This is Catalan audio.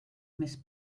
més